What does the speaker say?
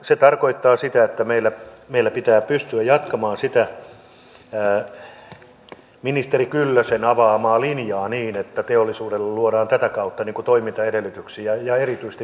se tarkoittaa sitä että meillä pitää pystyä jatkamaan sitä ministeri kyllösen avaamaa linjaa niin että teollisuudelle luodaan tätä kautta toimintaedellytyksiä ja erityisesti vientiteollisuudelle